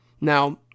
Now